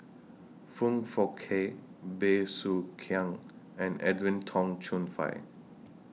Foong Fook Kay Bey Soo Khiang and Edwin Tong Chun Fai